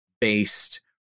based